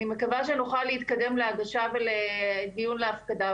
אני מקווה שנוכל להתקדם להגשה ולדיון להפקדה.